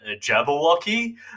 jabberwocky